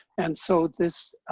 and so this